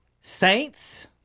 Saints